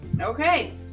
okay